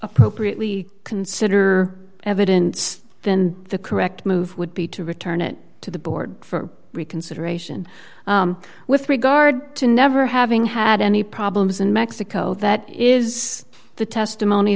appropriately consider evidence then the correct move would be to return it to the board for reconsideration with regard to never having had any problems in mexico that is the testimony